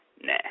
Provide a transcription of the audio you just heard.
nah